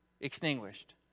extinguished